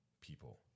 people